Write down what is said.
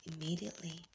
immediately